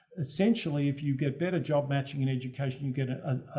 essentially if you get better job matching in education, you get an,